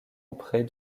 auprès